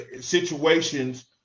situations